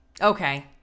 Okay